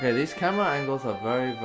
ah these camera angles are